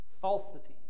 falsities